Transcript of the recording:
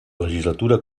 legislatura